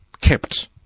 kept